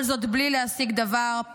כל זאת בלי להשיג דבר,